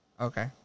Okay